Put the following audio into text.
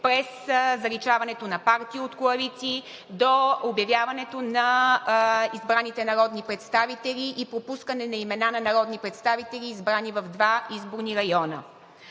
през заличаването на партии от коалиции, до обявяването на избраните народни представители и пропускане на имена на народни представители, избрани в два изборни района.